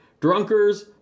Drunkers